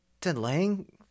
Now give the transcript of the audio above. delaying